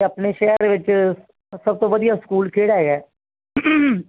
ਆਪਣੇ ਸ਼ਹਿਰ ਵਿੱਚ ਸਭ ਤੋਂ ਵਧੀਆ ਸਕੂਲ ਕਿਹੜਾ ਹੈਗਾ